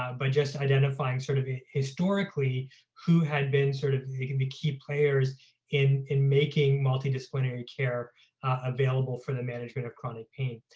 but just identifying sort of historically who had been sort of the key players in in making multidisciplinary care available for the management of chronic pain.